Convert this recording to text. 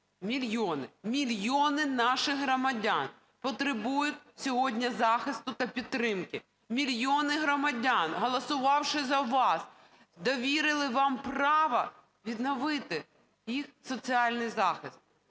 мільйони наших громадян потребують сьогодні захисту та підтримки. Мільйони громадян, голосувавши за вас, довірили вам право відновити їх соціальний захист,